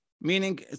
meaning